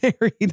married